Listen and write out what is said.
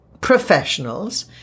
professionals